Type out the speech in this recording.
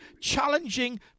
challenging